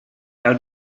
out